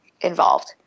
involved